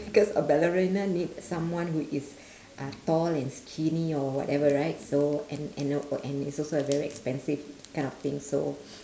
cause a ballerina need someone who is uh tall and skinny or whatever right so and and a~ and it's also a very expensive kind of thing so